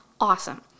awesome